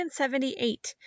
178